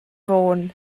fôn